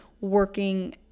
working